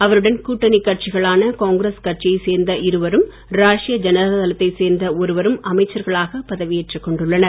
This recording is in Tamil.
அவருடன் கூட்டணி கட்சிகளான காங்கிரஸ் கட்சியை சேர்ந்த இருவரும் ராஷ்ட்டிய ஜனதாதளத்தை சேர்ந்த ஒருவரும் அமைச்சர்களாக பதவி ஏற்றுக் கொண்டுள்ளனர்